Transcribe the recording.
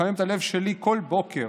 מחמם את הלב שלי כל בוקר,